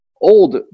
old